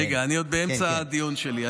רגע, אני עוד באמצע הדיון שלי.